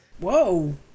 whoa